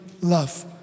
love